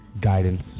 guidance